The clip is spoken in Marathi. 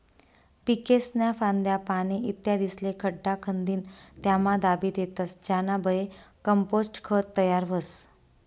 पीकेस्न्या फांद्या, पाने, इत्यादिस्ले खड्डा खंदीन त्यामा दाबी देतस ज्यानाबये कंपोस्ट खत तयार व्हस